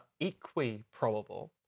equi-probable